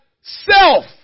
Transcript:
self